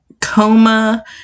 Coma